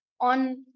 on